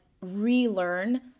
relearn